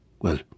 Well